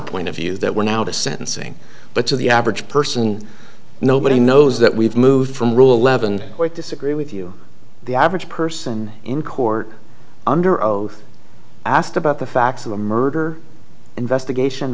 point of view that we're now to sentencing but to the average person nobody knows that we've moved from rule eleven or disagree with you the average person in court under oath asked about the facts of the murder investigation